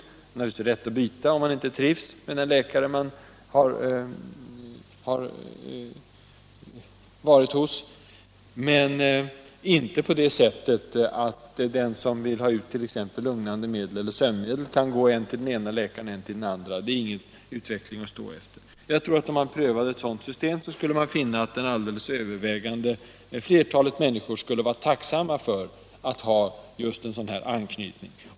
Man har naturligtvis rätt att byta om man inte trivs med den läkare man har varit hos, men inte på det sättet att den som vill ha ut t.ex. lugnande medel eller sömnmedel kan gå än till den ene läkaren, än till den andre. Det är ingen utveckling att stå efter. Jag tror att om man prövade ett sådant system skulle man finna att det övervägande flertalet människor skulle vara tacksamma för att ha just en sådan här anknytning.